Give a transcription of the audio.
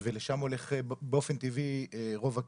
ולשם הולך באופן טבעי רוב הקשב.